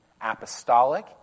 apostolic